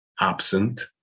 absent